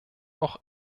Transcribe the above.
auch